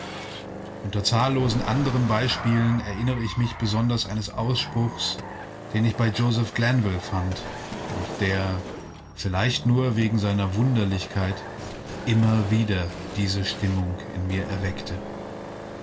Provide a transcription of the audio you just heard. unter zahllosen andern beispielen erinnere ich mich besonders eines ausspruchs den ich bei joseph glanvill fand und der vielleicht nur wegen seiner wunderlichkeit immer wieder diese stimmung in mir erweckte